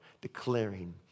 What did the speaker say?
declaring